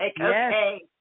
okay